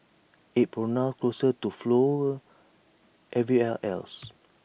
IT pronounced closer to 'flower' everywhere else